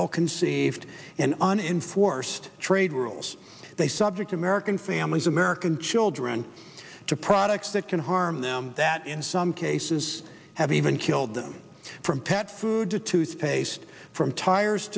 ill conceived and an in forced trade rules they subject american families american children to products that can harm them that in some cases have even killed them from pet food to toothpaste from tires